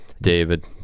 David